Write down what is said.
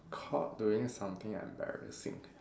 caught doing something embarrassing